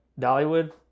Dollywood